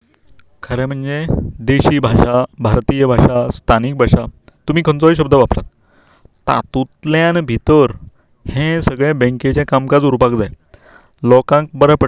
खरें म्हणजे देशी भाशा भारतीय भाशा स्थानीक भाशा तुमी खंयचोय शब्द वापरा तातूंतल्यान भितर हे सगळे बँकेचे कामकाज उरपाक जाय लोकांक बरें पडटले